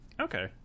Okay